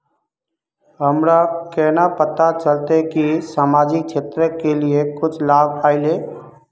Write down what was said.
हमरा केना पता चलते की सामाजिक क्षेत्र के लिए कुछ लाभ आयले?